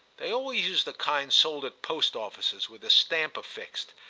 they always used the kind sold at post-offices with the stamp affixed,